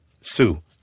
Sue